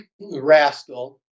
rascal